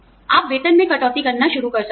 आप वेतन में कटौती करना शुरू कर सकते हैं